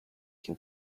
can